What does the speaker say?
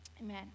amen